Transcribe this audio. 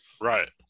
Right